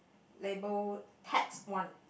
labelled tax one